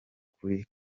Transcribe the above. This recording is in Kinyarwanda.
kuri